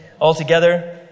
altogether